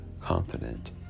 confident